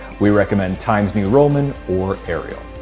we recommend times new roman or arial.